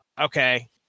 Okay